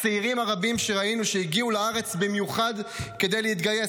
הצעירים הרבים שראינו שהגיעו לארץ במיוחד כדי להתגייס.